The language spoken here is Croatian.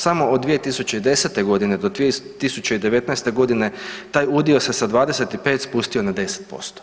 Samo od 2010. godine do 2019. godine taj udio se sa 25 spustio na 10%